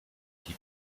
die